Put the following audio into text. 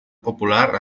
popular